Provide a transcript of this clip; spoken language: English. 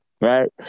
right